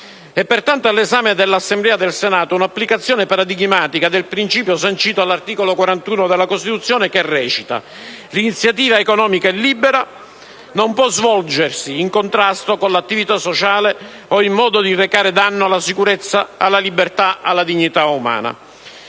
È pertanto all'esame dell'Assemblea del Senato un'applicazione paradigmatica del principio sancito dall'articolo 41 della Costituzione che recita: «L'iniziativa economica privata è libera. Non può svolgersi in contrasto con l'utilità sociale o in modo da recare danno alla sicurezza, alla libertà, alla dignità umana».